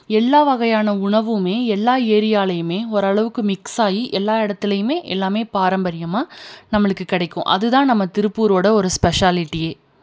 எல்லா வகையான உணவும் எல்லா ஏரியாலேயுமே ஓரளவுக்கு மிக்ஸாகி எல்லா எடத்துலேயுமே எல்லாமே பாரம்பரியமாக நம்மளுக்கு கிடைக்கும் அதுதான் நம்ம திருப்பூரோட ஒரு ஸ்பெஷாலிட்டி